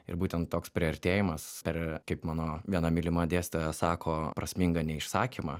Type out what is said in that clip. ir būtent toks priartėjimas ar kaip mano viena mylima dėstytoja sako prasminga neišsakymą